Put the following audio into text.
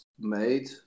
made